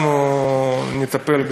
אנחנו נטפל,